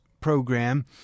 program